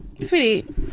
sweetie